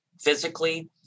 physically